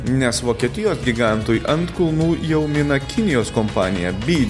nes vokietijos gigantui ant kulnų jau mina kinijos kompanija by